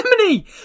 Germany